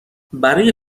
برای